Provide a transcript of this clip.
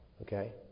okay